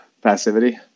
Passivity